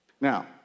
Now